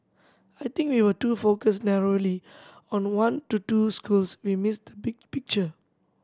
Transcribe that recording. I think if we were to focus narrowly on one to two schools we miss the big picture